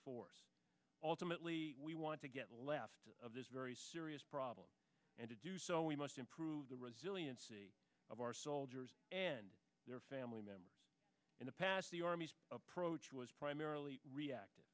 force alternately we want to get left of this very serious problem and to do so we must improve the resiliency of our soldiers and their family members in the past the army's approach was primarily reactive